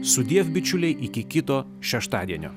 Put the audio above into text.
sudiev bičiuliai iki kito šeštadienio